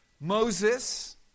Moses